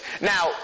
Now